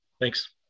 Thanks